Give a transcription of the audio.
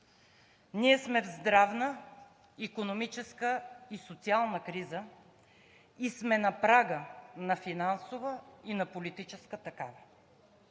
Ние сме в здравна, икономическа и социална криза и сме на прага на финансова и на политическа такава.